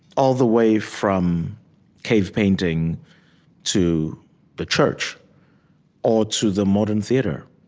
all the way from cave painting to the church or to the modern theater,